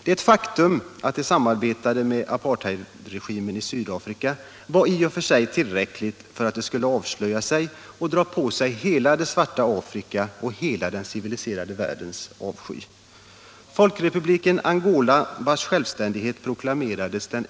Det faktum att de samarbetade med apartheidregimen i Sydafrika var i och för sig tillräckligt för att de skulle avslöja sig och dra på sig hela det svarta Afrikas och hela den civiliserade världens avsky.